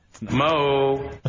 Mo